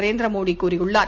நரேந்திர மோடி கூறியுள்ளார்